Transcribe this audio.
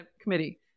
Committee